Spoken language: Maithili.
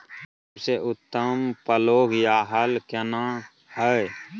सबसे उत्तम पलौघ या हल केना हय?